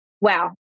wow